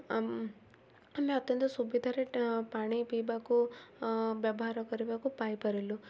ଆମେ ଅତ୍ୟନ୍ତ ସୁବିଧାରେ ପାଣି ପିଇବାକୁ ବ୍ୟବହାର କରିବାକୁ ପାଇପାରିଲୁ